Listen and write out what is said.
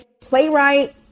playwright